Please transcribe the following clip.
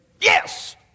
Yes